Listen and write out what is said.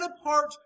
apart